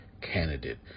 candidate